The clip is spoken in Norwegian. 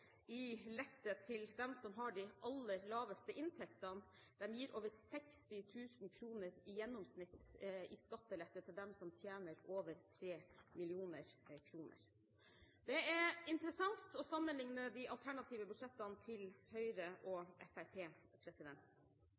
i lette til dem som har de aller laveste inntektene. De gir over 60 000 kr i gjennomsnitt i skattelette til dem som tjener over 3 mill. kr. Det er interessant å sammenligne de alternative budsjettene til Høyre og